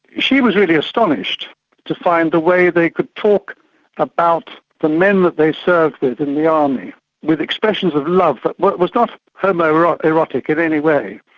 she was really astonished to find the way they could talk about the men that they served with in the army with expressions of love but that was not homo-erotic in any way,